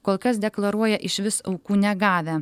kol kas deklaruoja išvis aukų negavę